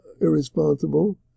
irresponsible